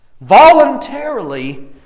Voluntarily